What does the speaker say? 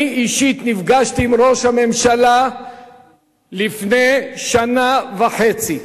אני אישית נפגשתי עם ראש הממשלה לפני שנה וחצי,